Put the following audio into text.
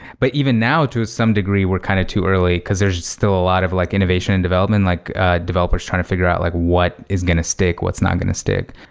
but even now to some degree, we're kind of too early, because there's just still a lot of like innovation and development. like developers trying to figure out like what is going to stick. what's not going to stick?